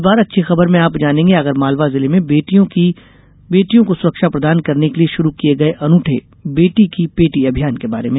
इस बार अच्छी खबर में आप जानेंगे आगरमालवा जिले में बेटियों को सुरक्षा प्रदान करने के लिये शुरू किये गये अनूठे बेटी की पेटी अभियान के बारे में